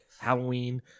Halloween